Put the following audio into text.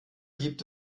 gibt